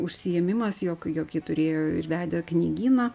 užsiėmimas jog ji turėjo ir vedė knygyną